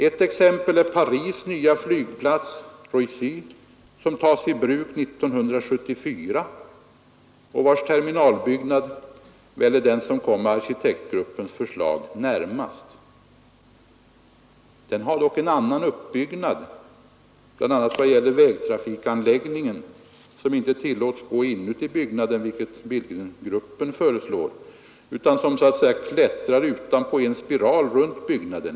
Ett exempel är Paris nya flygplats Roissy som tas i bruk 1974 och vars terminalbyggnad väl är den som kommer arkitektgruppens förslag närmast. Den har dock en annan uppbyggnad, bl.a. vad gäller vägtrafikanläggningen, som inte tillåts gå inuti byggnaden, vilket Billgrengruppen föreslår — utan som, så att säga, klättrar utanpå i en spiral runt byggnaden.